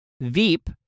Veep